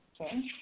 Okay